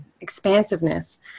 expansiveness